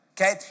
Okay